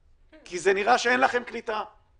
כי נראה שאין לכם קליטה.